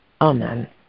Amen